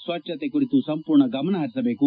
ಸ್ವಚ್ಚತೆಯ ಕುರಿತು ಸಂಪೂರ್ಣ ಗಮನಹರಿಸಬೇಕು